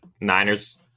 Niners